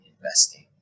investing